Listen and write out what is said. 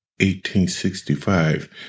1865